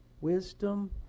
wisdom